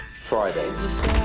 Fridays